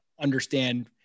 understand